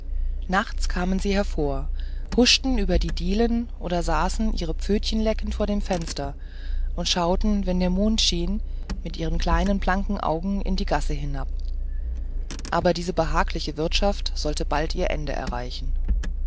nachts kamen sie hervor huschten über die dielen oder saßen ihre pfötchen leckend vor dem fenster und schauten wenn der mond schien mit ihren kleinen blanken augen in die gasse hinab aber diese behagliche wirtschaft sollte bald ihr ende erreichen